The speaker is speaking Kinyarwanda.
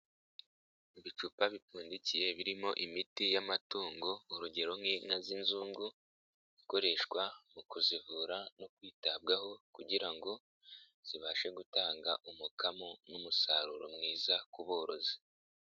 Ibicupa bipfundikiye birimo imiti y'amatungo urugero nk'inka z'inzungu, ikoreshwa mu kuzivura no kwitabwaho kugira ngo zibashe gutanga umukamo n'umusaruro mwiza ku borozi.